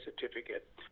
certificate